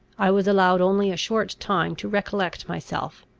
i was allowed only a short time to recollect myself,